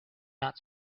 not